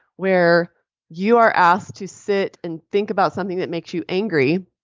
where you are asked to sit and think about something that makes you angry,